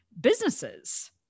businesses